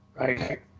Right